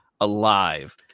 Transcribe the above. alive